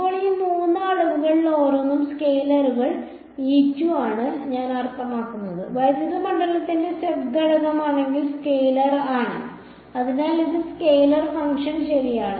ഇപ്പോൾ ഈ മൂന്ന് അളവുകളിൽ ഓരോന്നും സ്കെയിലറുകൾ ഞാൻ അർത്ഥമാക്കുന്നത് വൈദ്യുത മണ്ഡലത്തിന്റെ z ഘടകം ആണെങ്കിൽ സ്കെയിലർ ആണ് അതിനാൽ ഇത് സ്കെയിലർ ഫംഗ്ഷൻ ശരിയാണ്